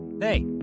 Hey